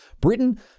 Britain